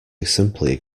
simply